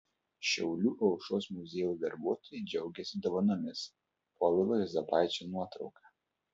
šiaulių aušros muziejaus darbuotojai džiaugiasi dovanomis povilo juozapaičio nuotrauka